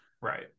right